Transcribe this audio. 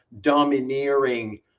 domineering